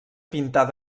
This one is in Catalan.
pintar